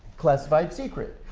classified secret.